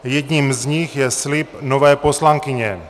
Jedním z nich je slib nové poslankyně.